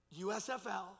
USFL